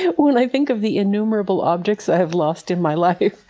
when i think of the innumerable objects i have lost in my life,